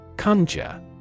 Conjure